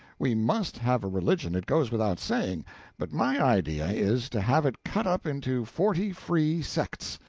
we must have a religion it goes without saying but my idea is, to have it cut up into forty free sects,